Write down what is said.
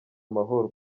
amahoro